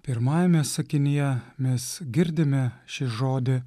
pirmajame sakinyje mes girdime šį žodį